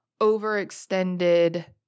overextended